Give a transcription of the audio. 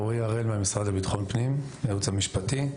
רועי הראל מהמשרד לביטחון הפנים, מהייעוץ המשפטי.